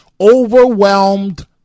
overwhelmed